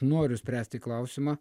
noriu spręsti klausimą